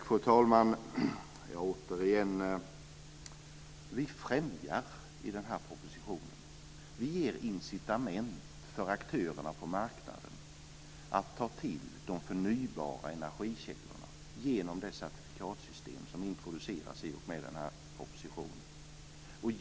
Fru talman! Vi främjar viss produktion i den här propositionen. Vi ger incitament för aktörerna på marknaden att använda sig av de förnybara energikällorna genom det certifikatsystem som introduceras i och med den här propositionen.